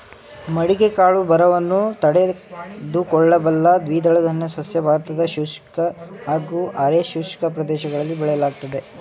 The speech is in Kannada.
ಮಡಿಕೆ ಕಾಳು ಬರವನ್ನು ತಡೆದುಕೊಳ್ಳಬಲ್ಲ ದ್ವಿದಳಧಾನ್ಯ ಸಸ್ಯ ಭಾರತದ ಶುಷ್ಕ ಹಾಗೂ ಅರೆ ಶುಷ್ಕ ಪ್ರದೇಶಗಳಲ್ಲಿ ಬೆಳೆಯಲಾಗ್ತದೆ